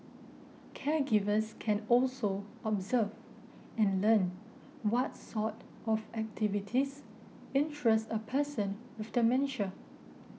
caregivers can also observe and learn what's sort of activities interest a person with dementia